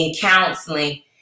counseling